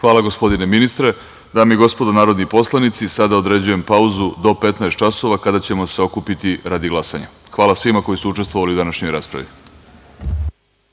Hvala, gospodine ministre. Dame i gospodo narodni poslanici, sada određujem pauzu do 15.00 časova, kada ćemo se okupiti radi glasanja. Hvala svima koji su učestvovali u današnjoj raspravi.